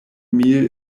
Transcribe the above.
mil